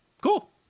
cool